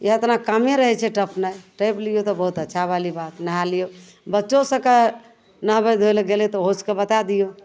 इएह इतना कामे रहै छै टपनाइ टैपि लियौ तऽ बहुत अच्छाबाली बात नहा लियौ बच्चोसबके नहबै धोइ लए गेलै तऽ ओकरो सबके बता दियौ